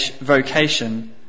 vocation